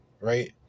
right